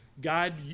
God